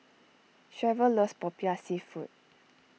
Cherryl loves Popiah Seafood